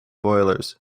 boilers